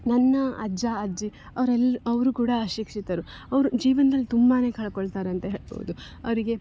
ನನ್ನ ಅಜ್ಜ ಅಜ್ಜಿ ಅವ್ರೆಲ್ಲ ಅವರು ಕೂಡ ಅಶಿಕ್ಷಿತರು ಅವರು ಜೀವನ್ದಲ್ಲಿ ತುಂಬಾ ಕಳಕೊಳ್ತಾರಂತೆ ಹೇಳ್ಬೌದು ಅವರಿಗೆ